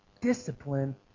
discipline